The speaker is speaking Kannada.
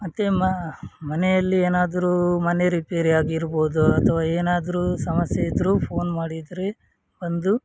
ಮತ್ತು ಮ ಮನೆಯಲ್ಲಿ ಏನಾದ್ರೂ ಮನೆ ರಿಪೇರಿ ಆಗಿರ್ಬೋದು ಅಥವಾ ಏನಾದ್ರೂ ಸಮಸ್ಯೆ ಇದ್ದರೂ ಫೋನ್ ಮಾಡಿದರೆ ಬಂದು